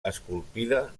esculpida